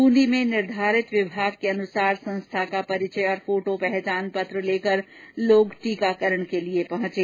बूंदी में निर्धारित विभाग अनुसार संस्था का परिचय पत्र और फोटो पहचान पत्र लेकर लोग टीकाकरण के लिये पहुंचे